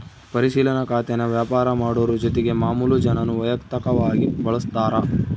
ಪರಿಶಿಲನಾ ಖಾತೇನಾ ವ್ಯಾಪಾರ ಮಾಡೋರು ಜೊತಿಗೆ ಮಾಮುಲು ಜನಾನೂ ವೈಯಕ್ತಕವಾಗಿ ಬಳುಸ್ತಾರ